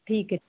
ਠੀਕ ਹੈ